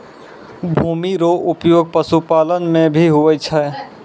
भूमि रो उपयोग पशुपालन मे भी हुवै छै